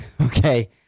Okay